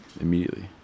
immediately